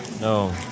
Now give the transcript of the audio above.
No